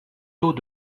taux